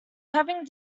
having